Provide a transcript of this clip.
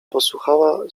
posłuchała